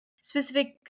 specific